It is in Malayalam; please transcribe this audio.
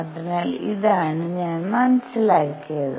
അതിനാൽ ഇതാണ് ഞാൻ മനസ്സിലാക്കിയത്